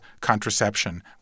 contraception